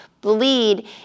bleed